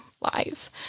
lies